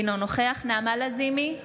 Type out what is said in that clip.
אינו נוכח נעמה לזימי,